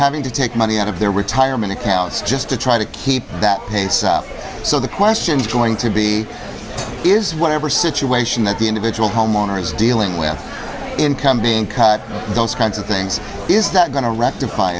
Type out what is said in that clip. having to take money out of their retirement accounts just to try to keep that pace out so the question is going to be is whatever situation that the individual homeowners dealing with income being cut those kinds of things is that going to rectify